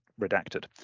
redacted